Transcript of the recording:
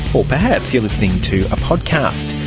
or perhaps you're listening to a podcast.